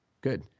Good